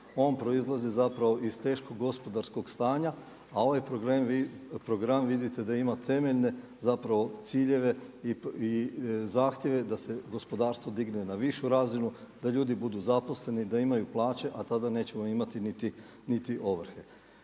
On proizlazi zapravo iz teškog gospodarskog stanja a ovaj program vidite da ima temeljne zapravo ciljeve i zahtjeve da se gospodarstvo digne na višu razinu, da ljudi budu zaposleni, da imaju plaće, a tada nećemo imati niti ovrhe.